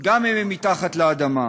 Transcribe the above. גם אם הם מתחת לאדמה.